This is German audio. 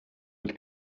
mit